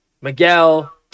Miguel